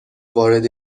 وارد